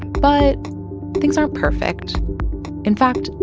but things aren't perfect in fact,